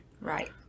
Right